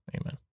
Amen